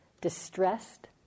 distressed